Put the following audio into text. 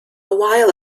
while